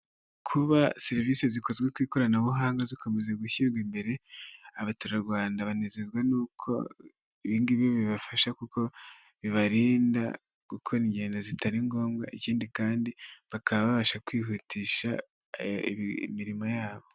Kuba serivise zikozwe ku ikoranabuhanga zikomeze gushyirwa imbere, abaturarwanda banezezwa n'uko ibi ngibi bibafasha kuko bibarinda gukora ingendo zitari ngombwa ikindi kandi bakaba babasha kwihutisha imirimo yabo.